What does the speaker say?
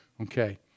Okay